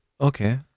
Okay